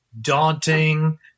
daunting